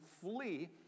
flee